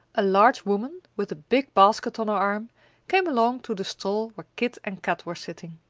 a large woman with a big basket on her arm came along to the stall where kit and kat were sitting.